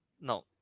No